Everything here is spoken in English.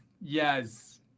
Yes